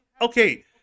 Okay